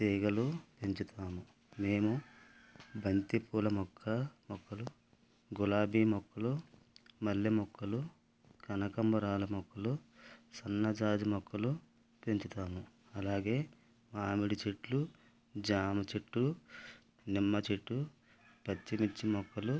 తీగలు పెంచుతాము మేము బంతిపూల మొక్క మొక్కలు గులాబీ మొక్కలు మల్లె మొక్కలు కనకంబరాల మొక్కలు సన్నజాజి మొక్కలు పెంచుతాము అలాగే మామిడి చెట్లు జామ చెట్టు నిమ్మచెట్టు పచ్చిమిర్చి మొక్కలు